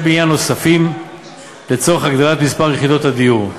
בנייה נוספים לצורך הגדלת מספר יחידות הדיור.